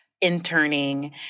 interning